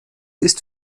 ist